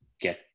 get